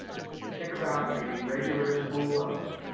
and so think about a regular school bus,